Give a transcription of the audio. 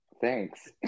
Thanks